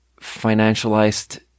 financialized